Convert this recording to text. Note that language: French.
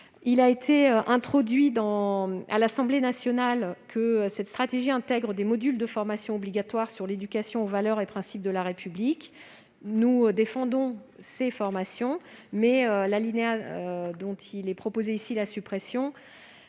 Il a été introduit à l'Assemblée nationale que cette stratégie intègre des modules de formation obligatoires sur l'éducation aux valeurs et principes de la République. Nous défendons ces formations, mais l'alinéa dont nous proposons la suppression